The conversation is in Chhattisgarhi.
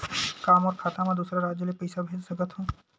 का मोर खाता म दूसरा राज्य ले पईसा भेज सकथव?